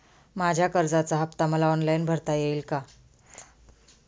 माझ्या कर्जाचा हफ्ता मला ऑनलाईन भरता येईल का?